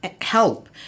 help